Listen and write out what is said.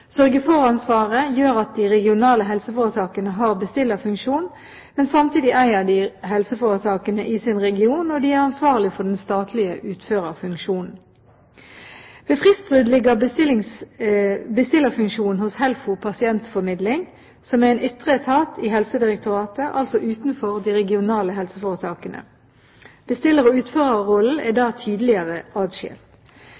Sørge for-ansvaret gjør at de regionale helseforetakene har bestillerfunksjon, men samtidig eier de helseforetakene i sin region, og de er ansvarlig for den statlige utførerfunksjonen. Ved fristbrudd ligger bestillerfunksjonen hos HELFO Pasientformidling, som er en ytre etat i Helsedirektoratet, altså utenfor de regionale helseforetakene. Bestiller- og utførerrollen er